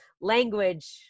language